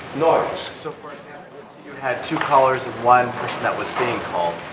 noise, so for example, let's say you had two callers and one that was being called,